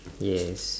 yes